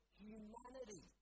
humanity